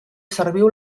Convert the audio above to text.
serviu